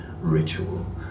ritual